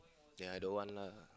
ya I don't want lah